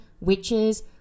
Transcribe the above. witches